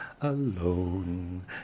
alone